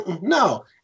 No